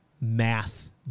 math